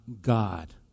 God